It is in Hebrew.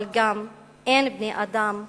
אבל גם אין בני-אדם מולכם.